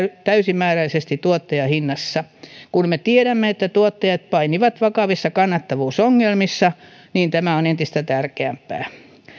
täysimääräisesti tuottajahinnassa kun me tiedämme että tuottajat painivat vakavissa kannattavuusongelmissa niin tämä on entistä tärkeämpää